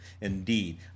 indeed